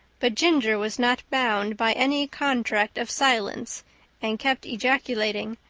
but ginger was not bound by any contract of silence and kept ejaculating,